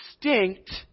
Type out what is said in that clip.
distinct